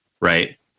right